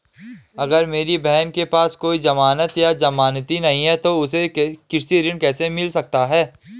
अगर मेरी बहन के पास कोई जमानत या जमानती नहीं है तो उसे कृषि ऋण कैसे मिल सकता है?